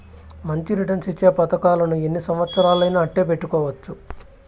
మంచి రిటర్న్స్ ఇచ్చే పతకాలను ఎన్ని సంవచ్చరాలయినా అట్టే పెట్టుకోవచ్చు